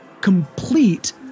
complete